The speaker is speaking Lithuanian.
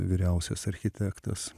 vyriausias architektas